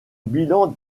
bilan